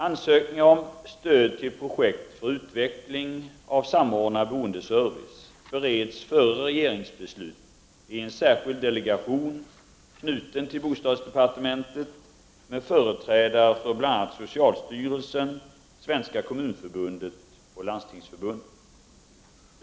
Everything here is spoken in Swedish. Ansökningen om stöd till projekt för utveckling av samordnad boendeservice bereds före regeringsbeslut i en särskild delegation knuten till bostadsdepartementet med företrädare för bl.a. socialstyrelsen, Svenska kommunförbundet och Landstingsförbundet.